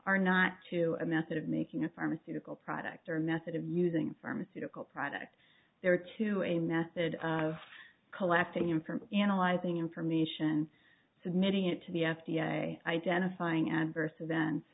are not to a method of making a pharmaceutical product or method of using pharmaceutical products there to a method of collapsing in from analyzing information submitting it to the f d a identifying adverse events